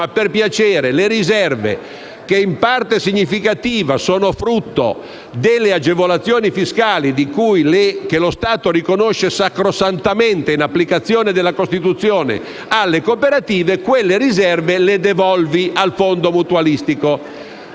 ma, per piacere, le riserve che in parte significativa sono frutto delle agevolazioni fiscali che lo Stato riconosce sacrosantamente, in applicazione della Costituzione, alle cooperative le devolvi al fondo mutualistico.